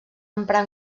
emprar